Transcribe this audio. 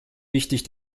wichtig